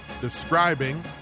describing